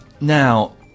now